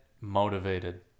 motivated